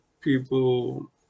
people